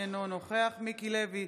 אינו נוכח מיקי לוי,